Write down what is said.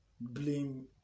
blame